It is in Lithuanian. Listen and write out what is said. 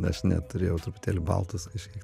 aš neturėjau truputėlį baltus kažkiek